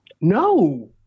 No